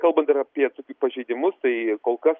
kalbant yra apie tokių pažeidimus tai kol kas